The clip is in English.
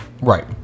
Right